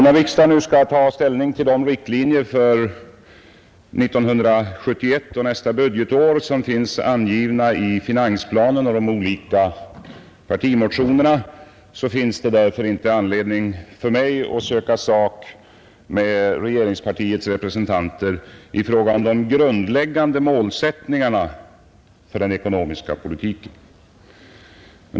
När riksdagen nu skall ta ställning till de riktlinjer för 1971 och för nästa budgetår som finns angivna i finansplanen och de olika partimotionerna, finns det därför inte anledning för mig att söka sak med regeringspartiets representanter i fråga om de grundläggande målsättningarna för den ekonomiska politiken.